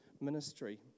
ministry